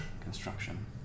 construction